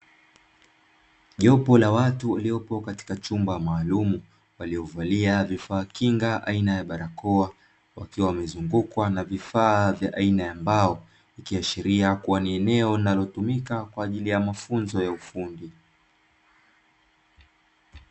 Jopo la watu waliopo katika chumba maalumu, waliovalia vifaa kinga aina ya barakoa, wakiwa wamezugukwa na vifaa vya aina ya mbao, ikiashiria kuwa ni eneo linalotumika kwa ajili ya mafunzo ya ufundi.